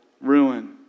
ruin